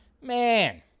man